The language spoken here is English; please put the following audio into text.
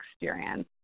experience